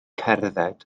cerdded